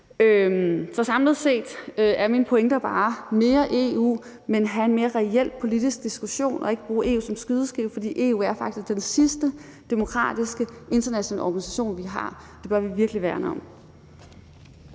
Så samlet set er mine pointer bare mere EU, men også at have en mere reel politisk diskussion og ikke bruge EU som skydeskive. For EU er faktisk den sidste demokratiske internationale organisation, vi har, og det bør vi virkelig værne om.